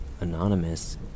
Anonymous